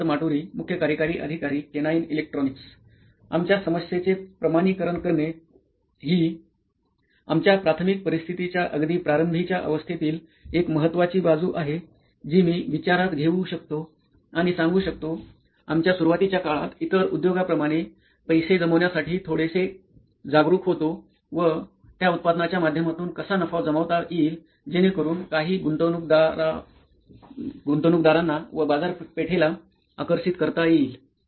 सिद्धार्थ माटुरी मुख्य कार्यकारी अधिकारी केनोईन इलेक्ट्रॉनीक्स आमच्या समस्येचे प्रमाणिकरण करणे ही आमच्या प्राथमिक परिस्थितीच्या अगदी प्रारंभी च्या अवस्थेतील एक महत्वाची बाजू आहे जी मी विचारात घेऊ शकतो आणि सांगू शकतो आमच्या सुरुवातीच्या काळात इतर उद्योगांप्रमाणे पैसे जमवण्यासाठी थोडेसे जागरूक होतो त्या उत्पादनाच्या माध्यमातून कसा नफा जमवता येईल जेणेकरून काही गुंतवणूकदाराणा व बाजारपेठेला आकर्षित करता येईल